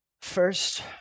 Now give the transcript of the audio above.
First